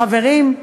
חברים,